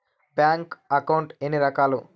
bank account ఎన్ని రకాలు